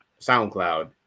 SoundCloud